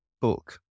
book